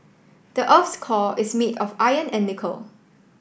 the earth's core is made of iron and nickel